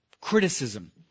criticism